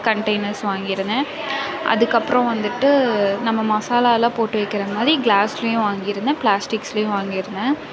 containers வாங்கிருந்தேன் அதுக்கப்பறம் வந்துட்டு நம்ம மசாலாலாம் போட்டு வைக்கிற மாதிரி கிளாஸ்லேயும் வாங்கிருந்தேன் பிளாஸ்டிக்ஸ்லயும் வாங்கிருந்தேன்